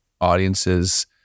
audiences